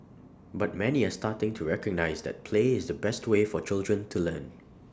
but many are starting to recognise that play is the best way for children to learn